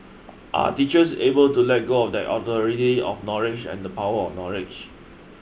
are teachers able to let go of that authority of knowledge and the power of knowledge